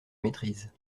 maîtrise